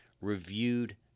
reviewed